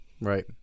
Right